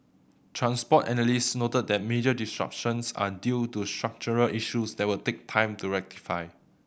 transport analysts noted that major disruptions are due to structural issues that will take time to rectify